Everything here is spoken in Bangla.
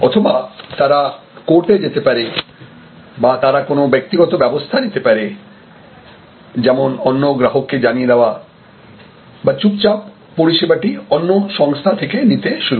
অথবা তারা কোর্টে যেতে পারে বা তারা কোন ব্যক্তিগত ব্যাবস্থা নিতে পারে যেমন অন্য গ্রাহককে জানিয়ে দেওয়া বা চুপচাপ পরিষেবাটি অন্য সংস্থা থেকে নিতে শুরু করে